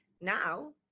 now